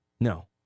No